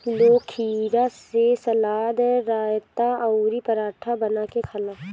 लोग खीरा से सलाद, रायता अउरी पराठा बना के खाला